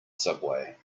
subway